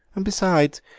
and besides,